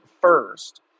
first